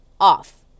off